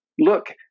Look